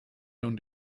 und